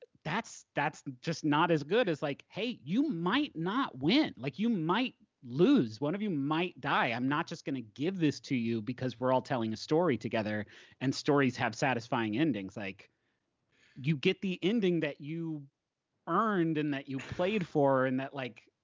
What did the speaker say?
that's that's just not as good as like, hey, you might not win. like you might lose. one of you might die. i'm not just gonna give this to you because we're all telling a story together and stories have satisfying endings. like you get the ending that you earned, and that you played for, and that like